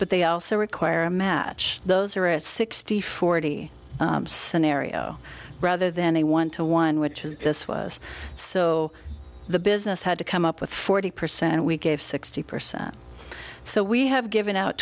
but they also require a match those are a sixty forty scenario rather than a one to one which is this was so the business had to come up with forty percent and we gave sixty percent so we have given out